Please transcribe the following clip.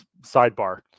sidebar